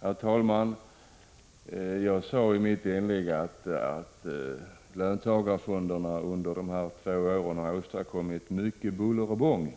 Herr talman! Jag sade i mitt inlägg att löntagarfonderna under de här två åren har åstadkommit mycket buller och bång.